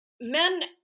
men